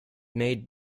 made